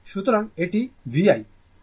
সুতরাং এটি V